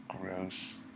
gross